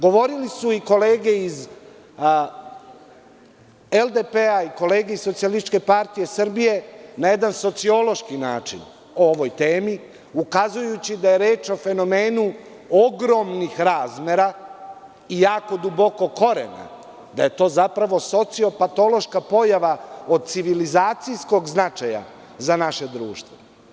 Govorili su i kolege LDP i kolege iz SPS na jedan sociološki način o ovoj temi, ukazujući da je reč o fenomenu ogromnih razmena i jako dubokog korena, da je to zapravo sociopatološka pojava od civilizacijskog značaja za naše društvo.